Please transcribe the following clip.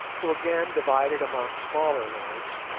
who again divide it among smaller lords,